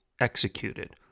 executed